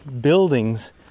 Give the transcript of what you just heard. buildings